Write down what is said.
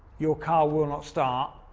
your car will not start.